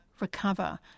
recover